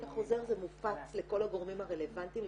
החוזר זה מופץ לכל הגורמים הרלוונטיים,